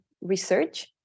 research